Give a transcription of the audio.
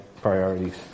priorities